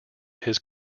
his